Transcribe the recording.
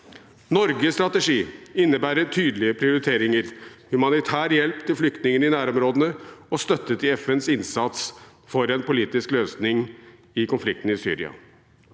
Norges strategi innebærer tydelige prioriteringer – humanitær hjelp til flyktningene i nærområdene og støtte til FNs innsats for en politisk løsning på konflikten i Syria.